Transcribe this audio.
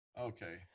okay